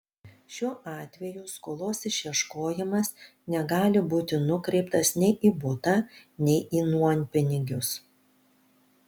šiuo atveju skolos išieškojimas negali būti nukreiptas nei į butą nei į nuompinigius